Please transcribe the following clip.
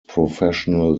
professional